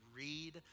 read